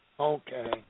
Okay